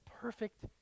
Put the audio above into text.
perfect